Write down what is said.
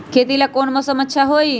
खेती ला कौन मौसम अच्छा होई?